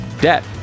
debt